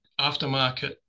aftermarket